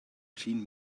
jean